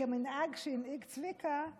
וכמנהג שהנהיג צביקה,